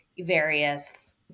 various